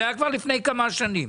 זה היה כבר לפני כמה שנים.